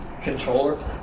controller